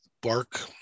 bark